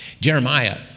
Jeremiah